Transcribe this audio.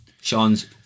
Sean's